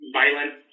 violent